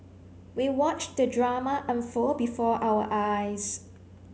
we watched the drama unfold before our eyes